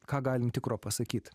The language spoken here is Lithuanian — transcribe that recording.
ką galim tikro pasakyt